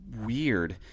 weird